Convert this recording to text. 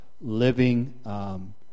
living